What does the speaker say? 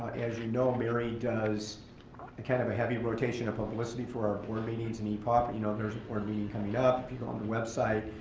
as you know, mary does kind of a heavy rotation of publicity for our board meetings and epop. you know there's a board meeting coming up, if you go on the website.